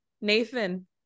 nathan